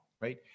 Right